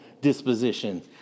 disposition